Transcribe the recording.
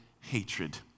hatred